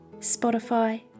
Spotify